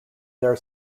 their